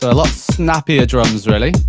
lot snappier drums, really.